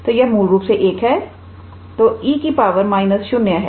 तो यह मूल रूप से 1 है तो𝑒 −0 है